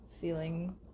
feeling